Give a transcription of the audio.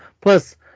plus